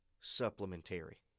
supplementary